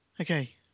Okay